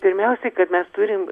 pirmiausiai kad mes turim